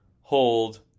hold